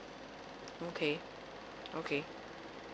okay okay